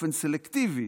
באופן סלקטיבי,